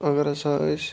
اگر ہَسا أسۍ